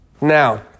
Now